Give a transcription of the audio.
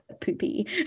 poopy